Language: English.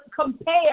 compare